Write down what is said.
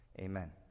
Amen